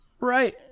Right